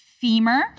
femur